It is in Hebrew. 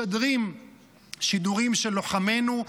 משדרים שידורים של לוחמינו,